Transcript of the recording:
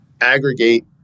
aggregate